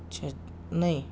اچھا نہیں